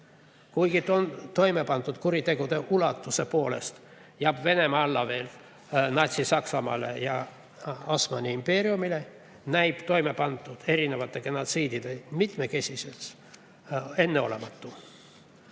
Kuigi toime pandud kuritegude ulatuse poolest jääb Venemaa alla veel natsi-Saksamaale ja Osmani impeeriumile, näib toime pandud erinevate genotsiidide mitmekesisus enneolematu.